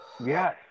Yes